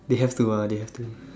they have to ah they have to